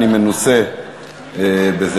אני מנוסה בזה.